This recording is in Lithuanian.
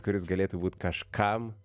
kuris galėtų būt kažkam